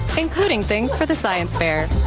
including things for the science fair.